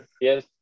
Yes